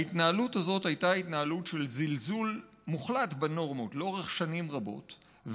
ההתנהלות הזאת הייתה התנהלות של זלזול מוחלט בנורמות לאורך שנים רבות,